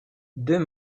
deux